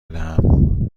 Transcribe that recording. بدهم